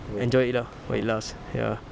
enjoy it lah while it lasts ya